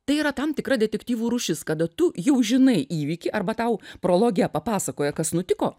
tai yra tam tikra detektyvų rūšis kada tu jau žinai įvykį arba tau prologe papasakoja kas nutiko